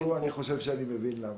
אני חושב שאני מבין למה.